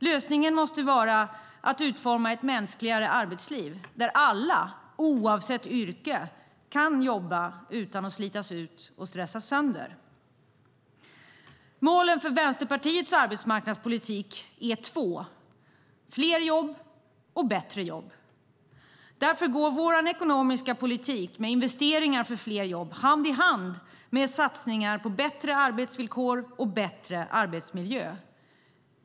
Lösningen måste vara att utforma ett mänskligare arbetsliv där alla oavsett yrke kan jobba utan att slitas ut och stressas sönder. Målen för Vänsterpartiets arbetsmarknadspolitik är två: fler jobb och bättre jobb. Därför går vår ekonomiska politik, med investeringar för fler jobb, hand i hand med satsningar på bättre arbetsvillkor och bättre arbetsmiljö.